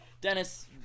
Dennis